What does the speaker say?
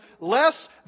less